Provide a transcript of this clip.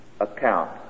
account